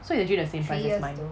so it's actually the same price as mine